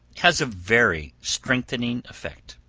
has a very strengthening effect.